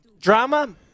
drama